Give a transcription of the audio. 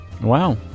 Wow